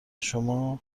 شما